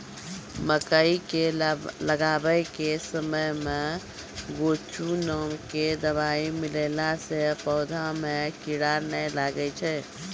मकई के लगाबै के समय मे गोचु नाम के दवाई मिलैला से पौधा मे कीड़ा नैय लागै छै?